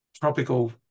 tropical